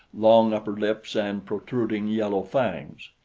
long upper lips and protruding yellow fangs.